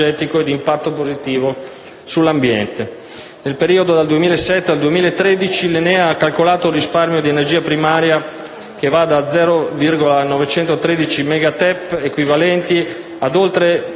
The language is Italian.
e di impatto positivo sull'ambiente. Nel periodo che va dal 2007 al 2013, l'ENEA ha calcolato un risparmio di energia primaria pari a 0,913 megatep, equivalenti ad oltre